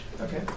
Okay